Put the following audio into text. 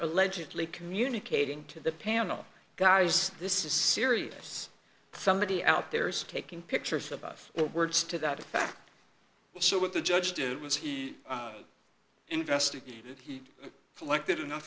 allegedly communicating to the panel guys this is serious somebody out there is taking pictures of us or words to that effect so what the judge did was he investigated he collected enough